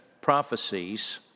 prophecies